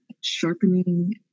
sharpening